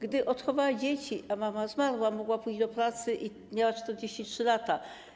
Gdy odchowała dzieci, a mama zmarła, mogła pójść do pracy i miała 43 lata.